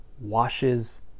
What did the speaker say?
washes